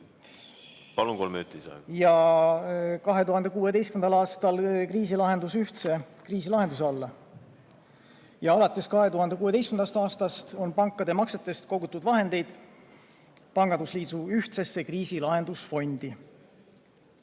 ja 2016. aastal kriisilahendus ühtse kriisilahenduse alla. Alates 2016. aastast on pankade maksetest kogutud vahendeid pangandusliidu ühtsesse kriisilahendusfondi.